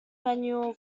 manual